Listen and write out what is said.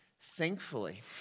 Thankfully